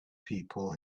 people